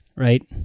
right